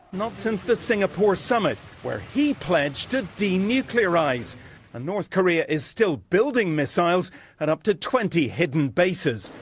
not since the singapore summit where he pledged to denuclearize and north korea is still building missiles and up to twenty hidden bases.